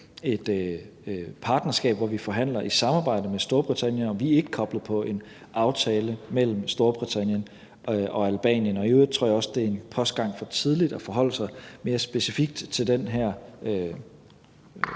et partnerskab, hvor vi forhandler i samarbejde med Storbritannien, og vi er ikke koblet på en aftale mellem Storbritannien og Albanien. I øvrigt tror jeg også, det er en postgang for tidligt at forholde sig mere specifikt til den her